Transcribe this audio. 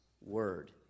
word